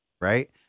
right